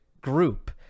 group